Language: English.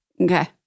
Okay